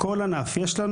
יש לנו